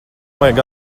vajag